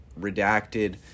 redacted